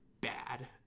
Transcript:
bad